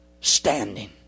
standing